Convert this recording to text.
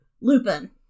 Lupin